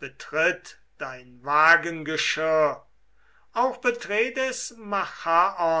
betritt dein wagengeschirr auch betret es